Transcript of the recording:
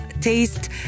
taste